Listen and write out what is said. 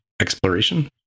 exploration